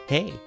Hey